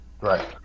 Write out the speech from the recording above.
Right